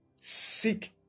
seek